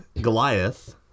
Goliath